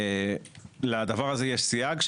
לדבר הזה יש סייג,